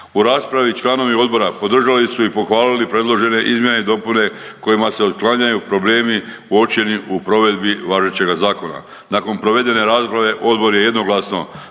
U raspravi članovi odbora podržali su i pohvalili predložene izmjene i dopune kojima se otklanjaju problemi uočeni i provedbi važećega zakona. Nakon provedene rasprave odbor je jednoglasno